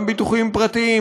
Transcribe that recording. גם ביטוחים פרטיים,